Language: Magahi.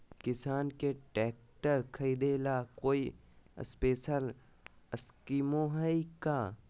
किसान के ट्रैक्टर खरीदे ला कोई स्पेशल स्कीमो हइ का?